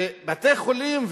ובתי-חולים,